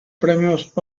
premios